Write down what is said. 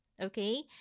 okay